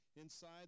inside